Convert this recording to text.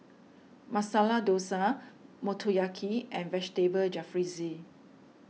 Masala Dosa Motoyaki and Vegetable Jalfrezi